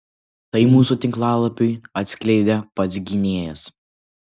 tai mūsų tinklalapiui atskleidė pats gynėjas